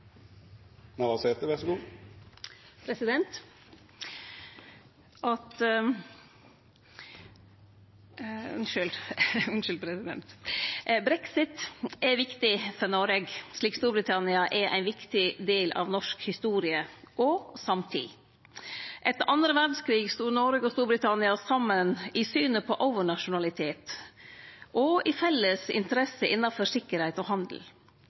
viktig for Noreg, slik Storbritannia er ein viktig del av norsk historie og samtid. Etter den andre verdskrigen stod Noreg og Storbritannia saman i synet på overnasjonalitet og i felles interesse innanfor sikkerheit og handel.